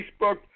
Facebook